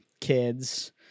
kids